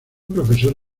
profesor